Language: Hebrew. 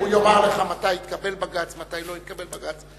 הוא יאמר לך מתי התקבל בג"ץ, מתי לא התקבל בג"ץ.